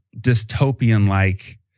dystopian-like